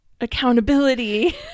accountability